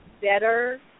better